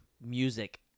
music